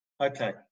Okay